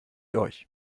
euch